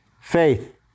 faith